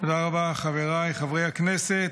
חבריי חברי הכנסת,